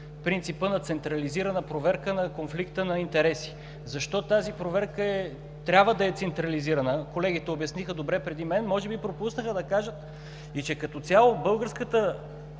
принципът на централизирана проверка на конфликта на интереси. Защо тази проверка трябва да е централизирана? Колегите преди мен обясниха добре, може би пропуснаха да кажат, че като цяло българската